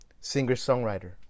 singer-songwriter